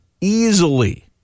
easily